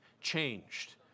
changed